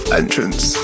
entrance